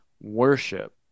worship